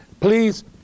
please